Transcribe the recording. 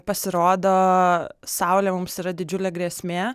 pasirodo saulė mums yra didžiulė grėsmė